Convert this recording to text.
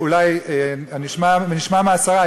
אולי נשמע מהשרה.